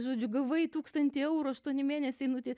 žodžiu gavai tūkstantį eurų aštuoni mėnesiai nu tie